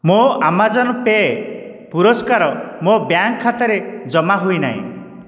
ମୋ' Amazon pay' ପୁରସ୍କାର ମୋ' ବ୍ୟାଙ୍କ୍ ଖାତାରେ ଜମା ହୋଇନାହିଁ